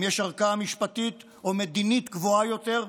אם יש ערכאה משפטית או מדינית גבוהה יותר,